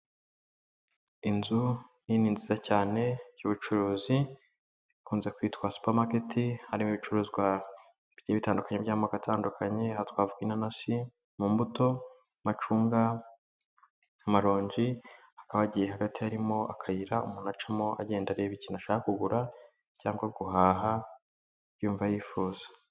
Inzu nini nziza cyane y'ubucuruzi, ikunze kwitwa super makert harimo ibicuruzwa bitandukanye by'amoko atandukanye, aho twavuga inanasi mu mbuto, amacunga, amaronji, hakaba hagiye hagati harimo akayira umuntu acamo agenda areba ikintu ashaka kugura cyangwa guhaha yumva yifuza.